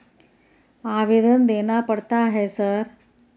आवेदन देना पड़ता है सर?